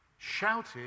shouted